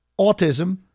Autism